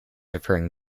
referring